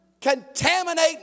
contaminate